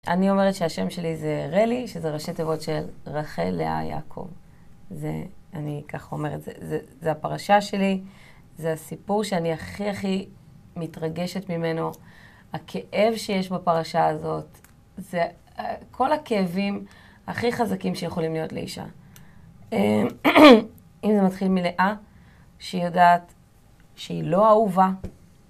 אני אומרת שהשם שלי זה רלי, שזה ראשי תיבות של רחל, לאה, יעקב. זה, אני ככה אומרת, זה, זה הפרשה שלי, זה הסיפור שאני הכי הכי מתרגשת ממנו. הכאב שיש בפרשה הזאת, זה כל הכאבים הכי חזקים שיכולים להיות לאישה. אם זה מתחיל מלאה, שהיא יודעת שהיא לא אהובה.